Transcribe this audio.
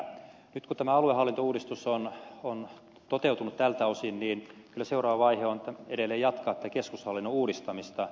nyt kun tämä aluehallintouudistus on toteutunut tältä osin niin kyllä seuraava vaihe on edelleen jatkaa tätä keskushallinnon uudistamista